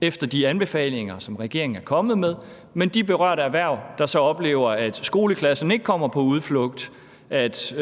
efter de anbefalinger, som regeringen er kommet med, mens det for de berørte erhverv, der oplever, at skoleklassen ikke kommer på udflugt, at